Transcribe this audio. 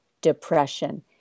depression